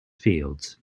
fields